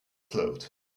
float